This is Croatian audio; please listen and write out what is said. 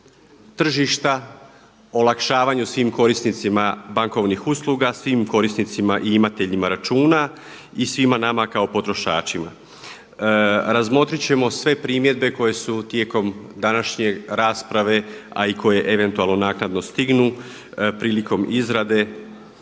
tržišta, olakšavanju svim korisnicima bankovnih usluga, svim korisnicima i imateljima računa i svima nama kao potrošačima. Razmotriti ćemo sve primjedbe koje su tijekom današnje rasprave a i koje eventualno naknadno stignu prilikom izrade